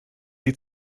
die